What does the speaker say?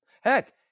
Heck